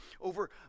over